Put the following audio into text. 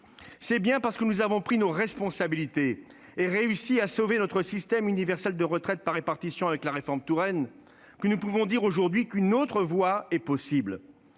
c'est parce que nous avons pris nos responsabilités et réussi à sauver notre système universel de retraite par répartition avec la réforme Touraine que nous pouvons dire aujourd'hui qu'une autre voie est possible.